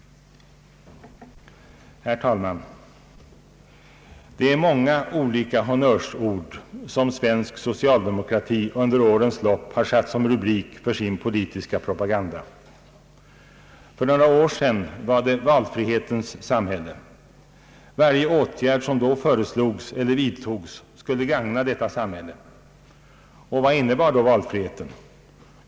Herr talman! Det är många olika honnörsord som svensk socialdemokrati under årens lopp har satt som rubrik för sin politiska propaganda. För några år sedan var det »Valfrihetens samhälle». Varje åtgärd som då föreslogs eller vidtogs skulle gagna detta samhälle. Och vad innebar då valfriheten?